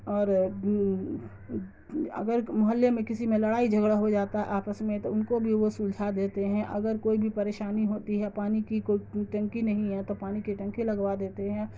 اور اگر محلے میں کسی میں لڑائی جھگڑا ہو جاتا ہے آپس میں تو ان کو بھی وہ سلجھا دیتے ہیں اگر کوئی بھی پریشانی ہوتی ہے پانی کی کوئی ٹنکی نہیں ہے تو پانی کی ٹنکی لگوا دیتے ہیں